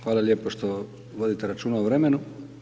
Hvala lijepo što vodite računa o vremenu.